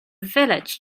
village